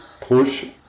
push